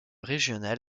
régional